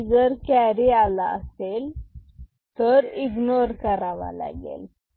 आणि जर कॅरी आला असेल तर इग्नोर करावा लागेल